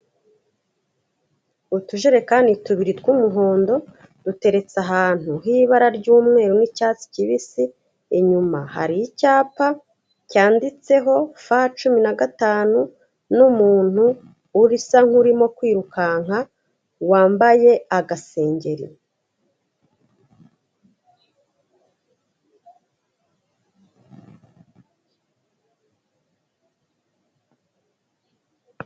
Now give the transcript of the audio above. Utujerekani tubiri tw'umuhondo duteretse ahantu h'ibara ry'umweru n'icyatsi kibisi, inyuma hari icyapa cyanditseho fa cumi na gatanu n'umuntu usa nk'urimo kwirukanka wambaye agasengeri.